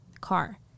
car